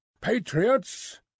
Patriots